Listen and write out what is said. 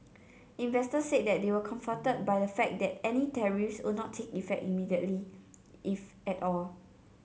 investor said they were comforted by the fact that any tariffs would not take effect immediately if at all